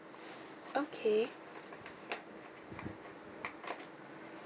okay